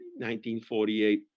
1948